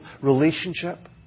relationship